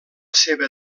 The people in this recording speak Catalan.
seva